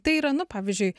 tai yra nu pavyzdžiui